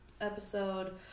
episode